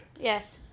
Yes